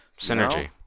Synergy